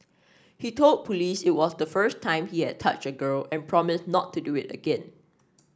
he told police it was the first time he had touched a girl and promised not to do it again